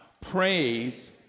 praise